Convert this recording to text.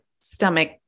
stomach